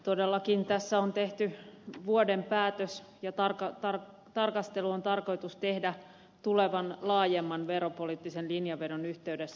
todellakin tässä on tehty vuoden päätös ja tarkastelu on tarkoitus tehdä tulevan laajemman veropoliittisen linjanvedon yhteydessä